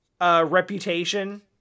reputation